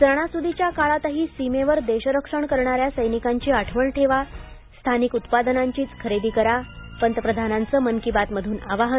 सणासुदीच्या काळातही सीमेवर देशरक्षण करणाऱ्या सैनिकांची आठवण ठेवा स्थानिक उत्पादनांचीच खरेदी करा पंतप्रधानांचं मन की बातमधून आवाहन